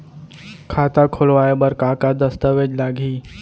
खाता खोलवाय बर का का दस्तावेज लागही?